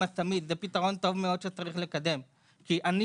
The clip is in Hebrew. עם הצמיד,